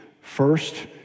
First